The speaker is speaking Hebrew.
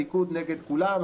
ליכוד נגד כולם,